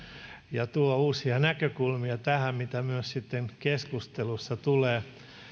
ja tuo uusia näkökulmia tähän mitä myös sitten keskustelussa tulee